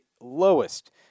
lowest